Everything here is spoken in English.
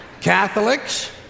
Catholics